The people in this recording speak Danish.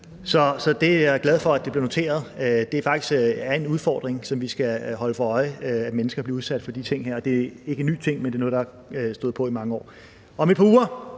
Så jeg er da glad for, at det blev noteret, at det faktisk er en udfordring, som vi skal holde os for øje, at mennesker bliver udsat for de her ting, og at det ikke er en ny ting, men noget, der har stået på i mange år. Om et par uger